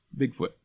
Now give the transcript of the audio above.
Bigfoot